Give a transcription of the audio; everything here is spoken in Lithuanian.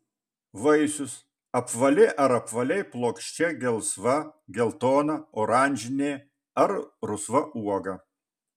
vaisius apvali ar apvaliai plokščia gelsva geltona oranžinė ar rusva uoga